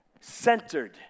centered